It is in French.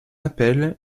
appelle